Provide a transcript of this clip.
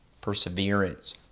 perseverance